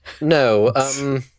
No